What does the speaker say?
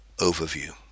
overview